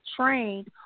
trained